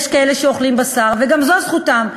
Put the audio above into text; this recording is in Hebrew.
יש כאלה שאוכלים בשר וגם זו זכותם.